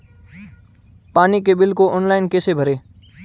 पानी के बिल को ऑनलाइन कैसे भरें?